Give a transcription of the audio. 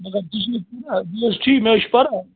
مگر ٹھیٖک مےٚ حظ چھِ پرا